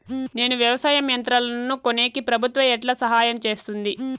నేను వ్యవసాయం యంత్రాలను కొనేకి ప్రభుత్వ ఎట్లా సహాయం చేస్తుంది?